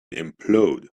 implode